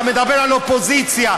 אתה מדבר על אופוזיציה,